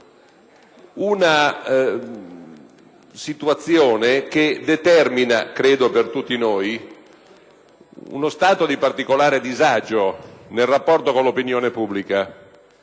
2009 situazione che determina, credo per tutti noi, uno stato di particolare disagio nel rapporto con l’opinione pubblica.